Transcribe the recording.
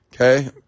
okay